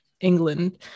England